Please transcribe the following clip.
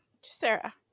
Sarah